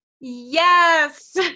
yes